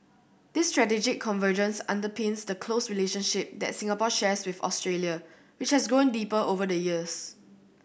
this strategic convergence underpins the close relationship that Singapore shares with Australia which has grown deeper over the years